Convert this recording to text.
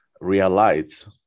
realize